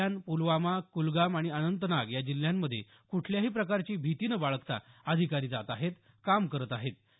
शोपियान पुलवामा कुलगाम आणि अनंतनाग या जिल्ह्यांमध्ये कुठल्याही प्रकारची भिती न बाळगता अधिकारी जात आहेत काम करत आहेत